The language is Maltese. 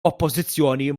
oppożizzjoni